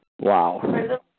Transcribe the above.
Wow